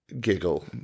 giggle